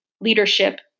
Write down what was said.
leadership